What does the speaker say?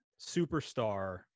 superstar